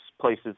places